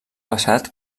passat